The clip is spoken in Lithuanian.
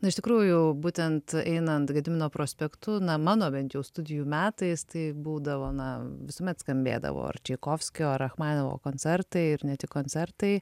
na iš tikrųjų būtent einant gedimino prospektu na mano bent jau studijų metais tai būdavo na visuomet skambėdavo ar čaikovskio rachmaninovo koncertai ir ne tik koncertai